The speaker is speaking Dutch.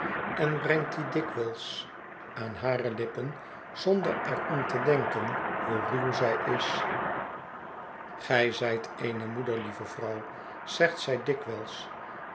en brengt die dikwijls aan hare lippen zonder er om te denken hoe ruw zij is gij zijt eene moeder lieve vrouw zegt zij dikwijls